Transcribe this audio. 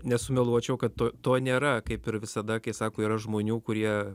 nesumeluočiau kad to to nėra kaip ir visada kai sako yra žmonių kurie